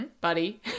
Buddy